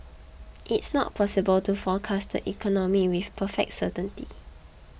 it's not possible to forecast the economy with perfect certainty